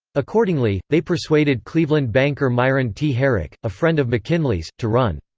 accordingly, they persuaded cleveland banker myron t. herrick, a friend of mckinley's, to run.